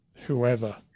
Whoever